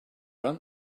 run